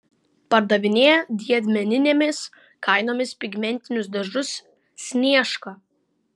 pardavinėja didmeninėmis kainomis pigmentinius dažus sniežka